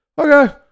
Okay